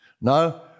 No